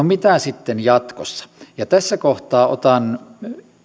mitä sitten jatkossa tässä kohtaa otan